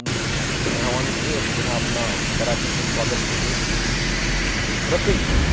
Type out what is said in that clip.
मेहमानके आब जेना अपना बरातीके स्वागतके लेल रखैत छै